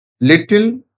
little